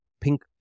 pink